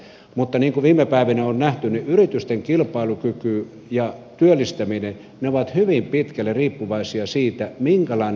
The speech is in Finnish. mutta niin kuin viime päivinä on nähty yritysten kilpailukyky ja työllistäminen ovat hyvin pitkälle riippuvaisia siitä minkälainen on kulurakenne